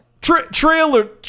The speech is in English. trailer